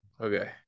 okay